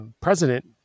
president